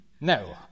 No